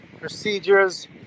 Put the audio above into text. procedures